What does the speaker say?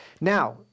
Now